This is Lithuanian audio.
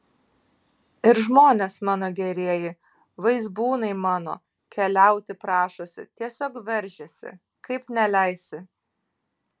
ir žmonės mano gerieji vaizbūnai mano keliauti prašosi tiesiog veržiasi kaip neleisi